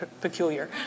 peculiar